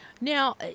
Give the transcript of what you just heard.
Now